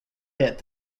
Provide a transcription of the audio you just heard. hit